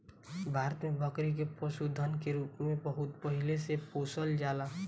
भारत में बकरी के पशुधन के रूप में बहुत पहिले से पोसल जाला